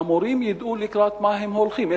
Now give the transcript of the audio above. שהמורים ידעו לקראת מה הם הולכים,